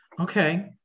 okay